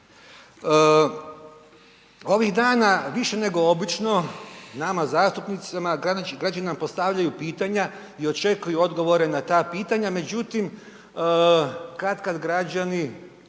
Ovih dana više nego obično nama zastupnicima građani nam postavljaju pitanja i očekuju odgovore na ta pitanja. Međutim, katkad građani